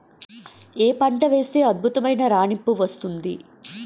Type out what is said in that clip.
ఏ పంట వేస్తే అద్భుతమైన రాణింపు వస్తుంది?